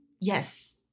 Yes